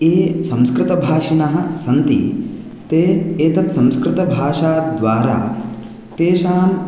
ये संस्कृतभाषिणः सन्ति ते एतत्संस्कृतभाषाद्वारा तेषां